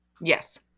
yes